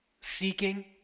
seeking